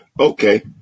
Okay